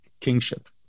kingship